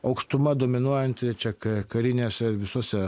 aukštuma dominuojanti čia karinėse visose